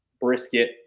brisket